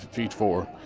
feed four.